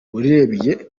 urebye